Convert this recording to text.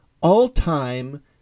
all-time